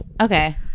okay